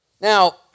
Now